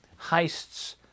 heists